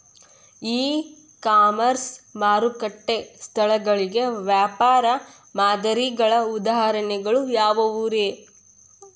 E commerce ಮಾರುಕಟ್ಟೆ ಸ್ಥಳಗಳಿಗೆ ವ್ಯಾಪಾರ ಮಾದರಿಗಳ ಉದಾಹರಣೆಗಳು ಯಾವವುರೇ?